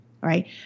right